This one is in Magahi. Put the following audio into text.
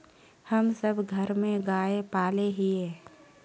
हम सब घर में गाय पाले हिये?